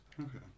Okay